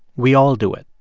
we all do it.